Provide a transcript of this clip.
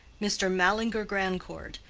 mr. mallinger grandcourt,